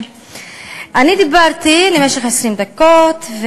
אני דיברתי במשך 20 דקות,